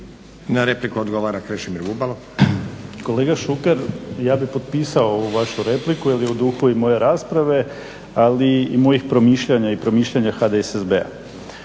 Bubalo. **Bubalo, Krešimir (HDSSB)** Kolega Šuker ja bih potpisao ovu vašu repliku jel je u duhu i moje rasprave ali i mojih promišljanja i promišljanja HDSSB-a.